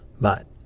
But